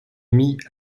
mit